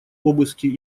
обыски